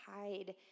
hide